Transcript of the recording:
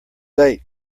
late